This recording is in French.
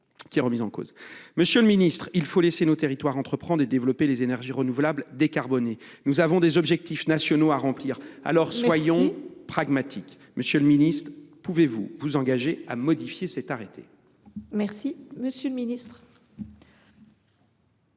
Monsieur le ministre, il faut laisser nos territoires entreprendre et développer les énergies renouvelables décarbonées. Nous avons des objectifs nationaux à atteindre. Dès lors, soyons pragmatiques ! Pouvez vous vous engager à modifier cet arrêté ? La parole est à M. le ministre